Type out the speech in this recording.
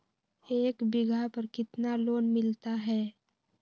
एक बीघा पर कितना लोन मिलता है?